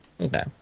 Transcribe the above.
Okay